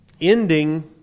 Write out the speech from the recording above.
ending